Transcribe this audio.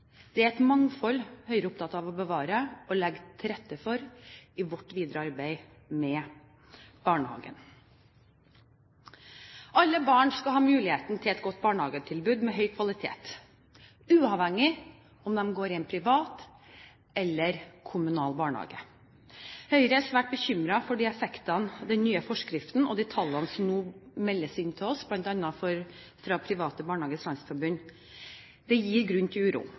er opptatt av å bevare og legge til rette for i vårt videre arbeid med barnehagen. Alle barn skal ha muligheten til et godt barnehagetilbud med høy kvalitet, uavhengig av om de går i en privat eller en kommunal barnehage. Høyre er svært bekymret for effektene av den nye forskriften, og de tallene som nå meldes inn til oss, bl.a. fra Private Barnehagers Landsforbund, gir grunn til uro.